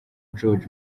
george